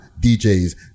DJs